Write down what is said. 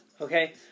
Okay